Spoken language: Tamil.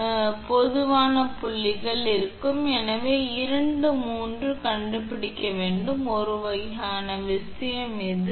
எனவே எந்த 2 கண்டக்டர்களுக்கிடையேயான கெப்பாசிட்டன்ஸ் நீங்கள் கண்டுபிடிக்க வேண்டிய ஒரு வகையான விஷயம் இது